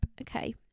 Okay